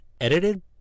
edited